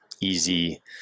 easy